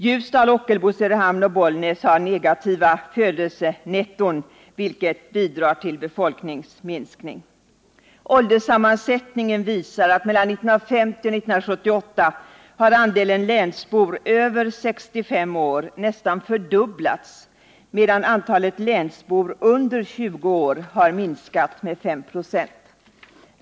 Ljusdal, Ockelbo, Söderhamn och Bollnäs har negativa födelsenetton, vilket bidrar till befolkningsminskning. Ålderssammansättningen visar att andelen länsbor över 65 år nästan fördubblats mellan 1950 och 1978, medan antalet länsbor under 20 år har minskat med 5 96.